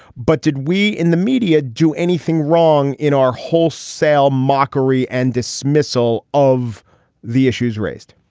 but did we in the media do anything wrong in our wholesale mockery and dismissal of the issues raised?